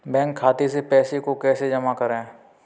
Bank खाते से पैसे को कैसे जमा करें?